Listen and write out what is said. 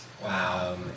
Wow